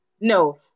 No